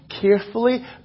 carefully